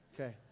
Okay